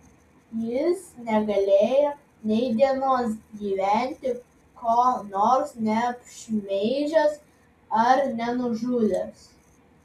jis negalėjo nei dienos gyventi ko nors neapšmeižęs ar nenužudęs